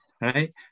right